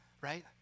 Right